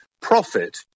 profit